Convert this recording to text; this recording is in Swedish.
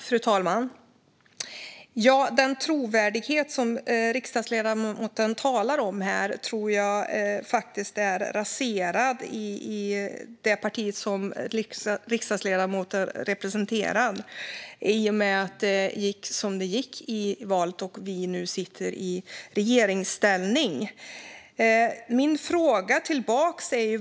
Fru talman! Den trovärdighet som riksdagsledamoten talar om är raserad i det parti som riksdagsledamoten representerar i och med att det gick som det gick i valet och vi nu sitter i regeringsställning.